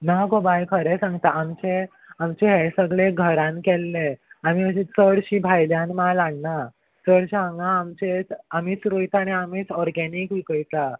ना गो बाय खरें सांगता आमचें आमचें हें सगळें घरान केल्लें आमी अशी चडशीं भायल्यान माल हाडना चडशें हांगा आमचे आमीच रोयता आनी आमीच ऑर्गेनीक विकयता